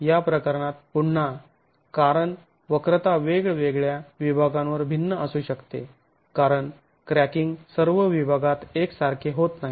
तर या प्रकरणात पुन्हा कारण वक्रता वेगवेगळ्या विभागांवर भिन्न असू शकते कारण क्रॅकिंग सर्व विभागात एक सारखे होत नाही